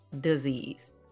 disease